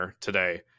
today